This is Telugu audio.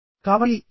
కాబట్టిఏమిటి